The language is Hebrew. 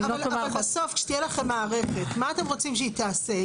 נבדוק --- אבל בסוף כשתהיה לכם מערכת מה אתם רוצים שהיא תעשה,